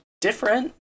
different